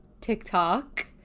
TikTok